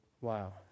Wow